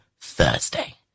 Thursday